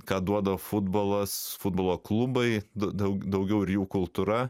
ką duoda futbolas futbolo klubai daug daugiau ir jų kultūra